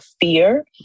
fear